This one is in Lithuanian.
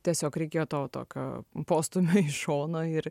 tiesiog reikėjo to tokio postūmio iš šono ir